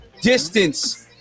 Distance